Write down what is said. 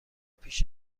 پیش